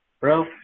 bro